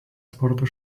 sporto